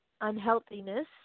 unhealthiness